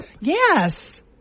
Yes